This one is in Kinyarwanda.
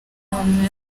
hamwe